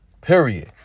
period